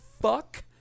fuck